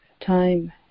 time